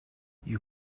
you